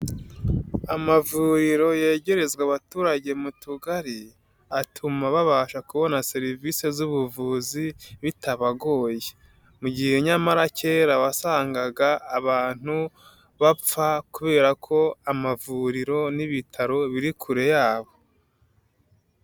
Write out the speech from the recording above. Amavuriro yegerezwa abaturage mu tugari, atuma babasha kubona serivise z'ubuvuzi bitabagoye. Mu gihe nyamara kera wasangaga abantu bapfa kubera ko amavuriro n'ibitaro biri kure yabo.